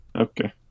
okay